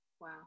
Wow